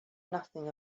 nothing